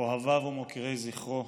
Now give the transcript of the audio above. אוהביו ומוקירי זכרו,